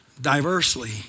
Diversely